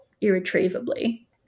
irretrievably